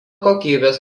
kokybės